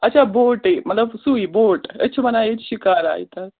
اَچھا بوٹٕے مطلب سُے بوٹ أسۍ چھِ ونان ییٚتہِ شِکاراہ ہٕے تَتھ